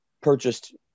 purchased